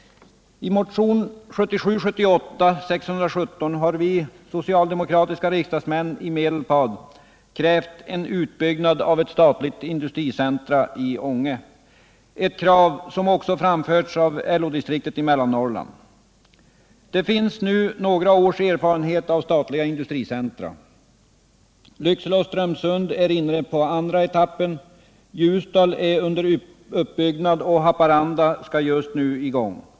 I motionen 1977/78:617 har vi socialdemokratiska riksdagsmän i Medelpad krävt inrättande av ett statligt industricentrum i Ånge. Det är ett krav som också framförts av LO-distriktet i mellersta Norrland. Det finns nu några års erfarenhet av statliga industricentra. I Lycksele och Strömsund är man inne på andra etappen, i Ljusdal är ett industricentrum under uppbyggnad, och i Haparanda skall man just nu sätta i gång.